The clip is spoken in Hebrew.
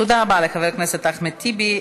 תודה רבה לחבר הכנסת אחמד טיבי.